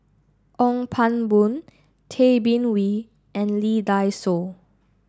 Ong Pang Boon Tay Bin Wee and Lee Dai Soh